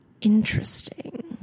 Interesting